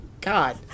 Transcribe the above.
God